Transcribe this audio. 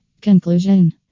Conclusion